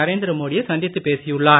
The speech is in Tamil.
நரேந்திர மோடியை சந்தித்து பேசியுள்ளார்